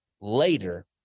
later